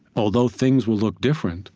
although things will look different